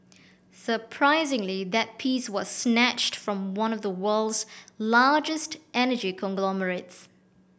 surprisingly that piece was snatched from one of the world's largest energy conglomerates